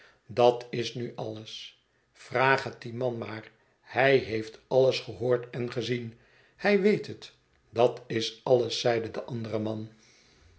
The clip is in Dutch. dat is nu alles vraag het dien man maar hij heeft alles gehoord en gezien hij weet het dat is alles zeide de andere man